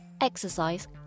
exercise